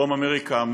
מדרום אמריקה,